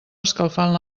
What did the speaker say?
escalfant